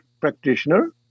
practitioner